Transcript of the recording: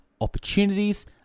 opportunities